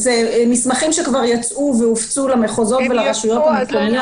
אלה מסמכים שכבר יצאו והופצו למחוזות ולרשויות המקומיות,